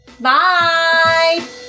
Bye